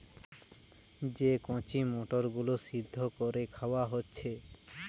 যে কচি মটর গুলো সিদ্ধ কোরে খাওয়া হচ্ছে